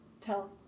tell